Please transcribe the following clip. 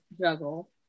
juggle